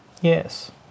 Yes